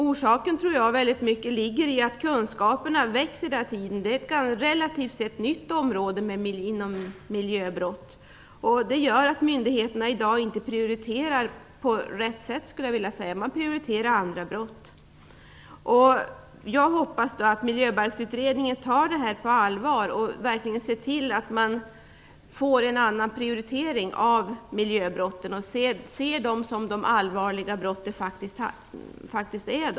Jag tror att en stor del av orsaken är att kunskapen växer hela tiden. Det här är ett relativt sett nytt område - miljöbrott. Jag skulle vilja säga att myndigheterna i dag inte prioriterar på rätt sätt. Man prioriterar andra brott. Jag hoppas att Miljöbalksutredningen tar det här på allvar och verkligen ser till att man får en annan prioritering av miljöbrotten och ser dem som de allvarliga brott de faktiskt är.